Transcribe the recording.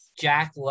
Jack